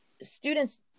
students